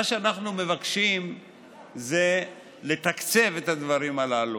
מה שאנחנו מבקשים זה לתקצב את הדברים הללו.